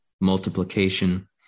multiplication